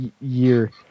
year